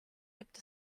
gibt